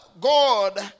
God